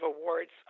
awards